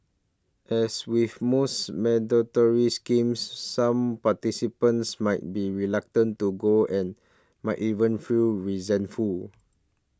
as with most mandatory schemes some participants might be reluctant to go and might even feel resentful